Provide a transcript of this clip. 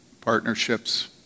partnerships